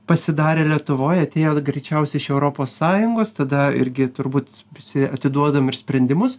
pasidarę lietuvoj atėjo greičiausiai iš europos sąjungos tada irgi turbūt visi atiduodam ir sprendimus